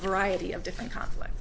variety of different conflict